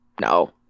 no